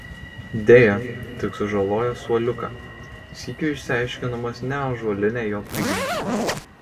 deja tik sužaloja suoliuką sykiu išsiaiškindamas neąžuolinę jo prigimtį